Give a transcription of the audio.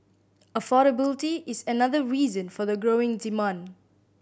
affordability is another reason for the growing demand